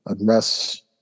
address